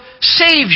saves